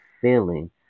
feeling